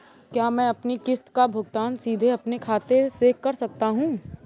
क्या मैं अपनी किश्त का भुगतान सीधे अपने खाते से कर सकता हूँ?